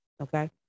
okay